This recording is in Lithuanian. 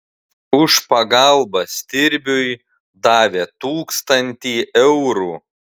už pagalbą stirbiui davė tūkstantį eurų